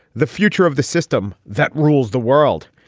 the future of the system that rules the world.